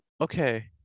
okay